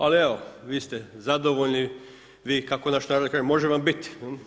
Ali evo vi ste zadovoljni, vi kako naš narod kaže može vam biti.